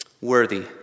Worthy